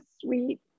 sweet